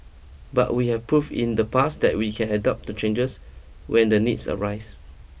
but we have prove in the past that we can adopt to changes when the needs arise